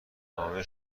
نامه